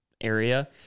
area